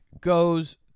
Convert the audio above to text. goes